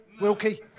Wilkie